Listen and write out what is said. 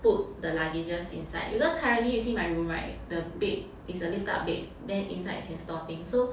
put the luggages inside because currently you see my room [right] the bed is a lift up bed then inside can store things so